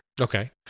Okay